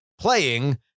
playing